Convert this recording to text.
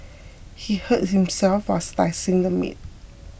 he hurt himself while slicing the meat